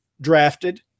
drafted